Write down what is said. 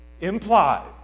implied